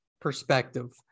perspective